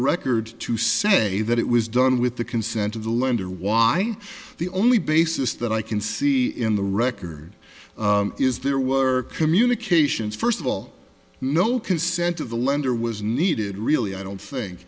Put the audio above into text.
record to say that it was done with the consent of the lender why the only basis that i can see in the record is there were communications first of all no consent of the lender was needed really i don't think